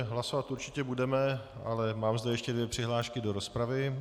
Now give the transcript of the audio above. Hlasovat určitě budeme, ale mám zde ještě dvě přihlášky do rozpravy.